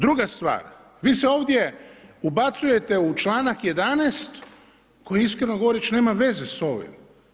Druga stvar, vi se ovdje ubacujete u čl. 11. koji iskreno govoreći, nema veza s ovim.